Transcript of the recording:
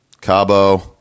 Cabo